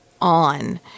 on